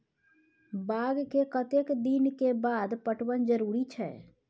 बाग के कतेक दिन के बाद पटवन जरूरी छै?